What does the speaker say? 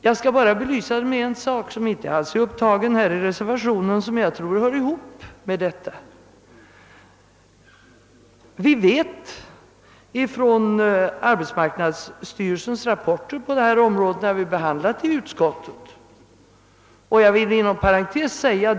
Jag skall bara belysa det med en sak som inte alls är upptagen i reservationen men som följer av dess sätt att resonera.